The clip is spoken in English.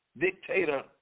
dictator